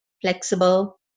flexible